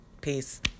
Peace